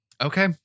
Okay